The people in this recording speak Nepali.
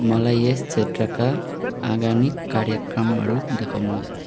मलाई यस क्षेत्रका आगामी कार्यक्रमहरू देखाउनुहोस्